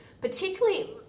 particularly